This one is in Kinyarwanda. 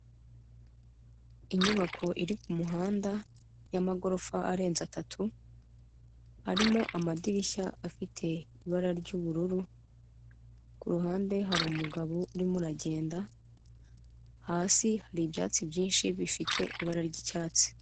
Inyubako iri ku muhanda y'amagorofa arenze atatu, harimo amadirishya afite ibara ry'ubururu, ku ruhande hari umugabo urimo uragenda, hasi hari ibyatsi byinshi bifite ibara ry'icyatsi.